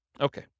Okay